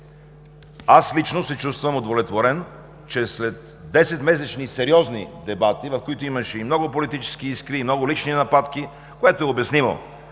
Аз лично се чувствам удовлетворен, че след 10-месечни сериозни дебати, в които имаше и много политически искри, и много лични нападки, което е обяснимо